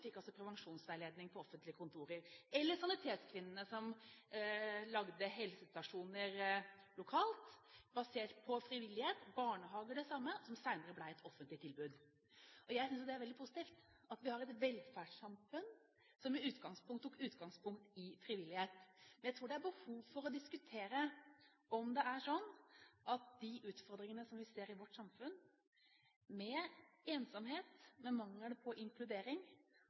fikk prevensjonsveiledning på offentlige kontorer. – Eller sanitetskvinnene, som startet helsestasjoner lokalt basert på frivillighet, barnehager det samme, som senere ble et offentlig tilbud. Jeg synes det er veldig positivt at vi har et velferdssamfunn med utgangspunkt i frivillighet. Men jeg tror det er behov for å diskutere om det er sånn at de utfordringene som vi ser i vårt samfunn, med ensomhet og mangel på inkludering,